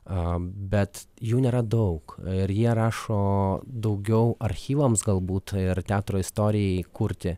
a bet jų nėra daug ir jie rašo daugiau archyvams galbūt ir teatro istorijai kurti